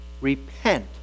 Repent